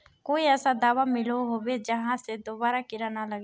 कोई ऐसा दाबा मिलोहो होबे जहा से दोबारा कीड़ा ना लागे?